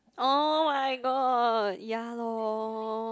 oh-my-god ya lor